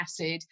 acid